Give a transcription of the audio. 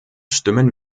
stimmen